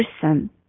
person